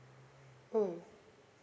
mm